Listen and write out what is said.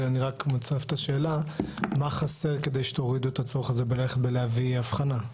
מה חסר כדי שתורידו את הצורך הזה בהבאת אבחנה?